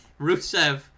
rusev